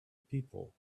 people